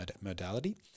modality